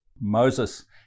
Moses